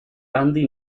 andy